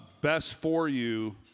best-for-you